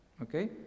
Okay